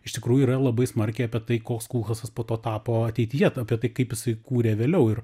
iš tikrųjų yra labai smarkiai apie tai koks kulchasas po to tapo ateityje apie tai kaip jisai kūrė vėliau ir